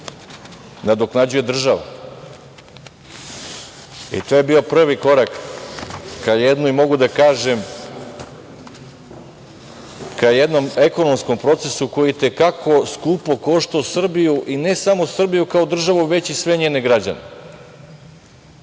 nadoknađuje država. To je bio prvi korak ka jednom, mogu da kažem, ekonomskom procesu koji ke i te kako skupo koštao Srbiju, i ne samo Srbiju kao državu, već i sve njene građane.